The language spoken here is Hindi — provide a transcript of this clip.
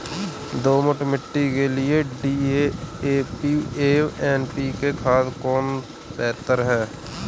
दोमट मिट्टी के लिए डी.ए.पी एवं एन.पी.के खाद में कौन बेहतर है?